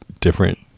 different